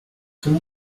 some